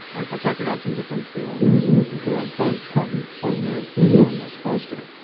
i've talked to guys from different fields who are playing ten twenty years beyond they're supposed to.